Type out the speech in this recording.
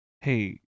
hey